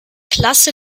klasse